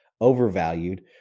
overvalued